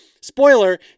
spoiler